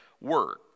work